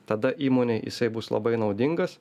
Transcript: tada įmonei isai bus labai naudingas